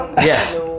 Yes